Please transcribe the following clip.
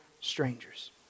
strangers